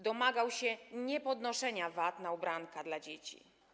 Domagał się niepodnoszenia VAT na ubranka dla dzieci.